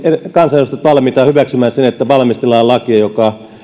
kansanedustajat valmiita hyväksymään sen että valmistellaan lakia joka